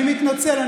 אני מתנצל.